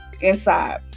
inside